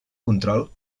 control